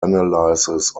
analysis